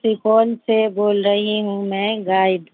سپول سے بول رہی ہوں میں گائیڈ